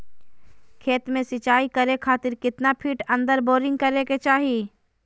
खेत में सिंचाई करे खातिर कितना फिट अंदर बोरिंग करे के चाही?